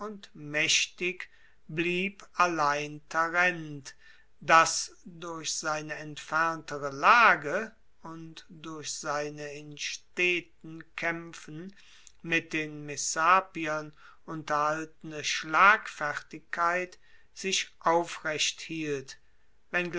maechtig blieb allein tarent das durch seine entferntere lage und durch seine in steten kaempfen mit den messapiern unterhaltene schlagfertigkeit sich aufrecht hielt